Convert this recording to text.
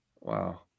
wow